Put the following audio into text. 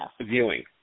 viewing